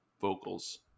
vocals